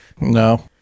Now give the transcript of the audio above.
No